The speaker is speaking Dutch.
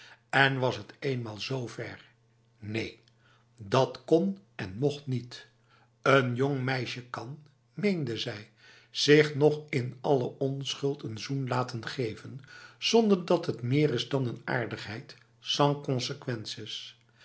en was het eenmaal z verb neen dat kon en mocht niet n jong meisje kan meende zij zich nog in alle onschuld n zoen laten geven zonder dat het meer is dan n aardigheid sans conséquences